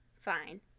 fine